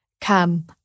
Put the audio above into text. Come